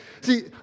See